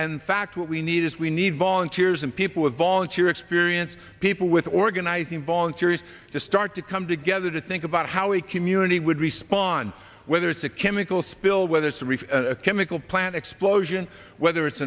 and fact what we need is we need volunteers and people with volunteer experience people with organizing volunteers to start to come together to think about how a community would respond whether it's a chemical spill whether serif a chemical plant explosion whether it's